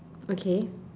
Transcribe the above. okay